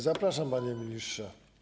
Zapraszam, panie ministrze.